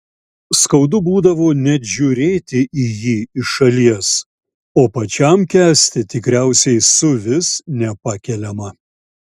skaudu būdavo net žiūrėti į jį iš šalies o pačiam kęsti tikriausiai suvis nepakeliama